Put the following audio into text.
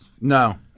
No